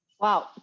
Wow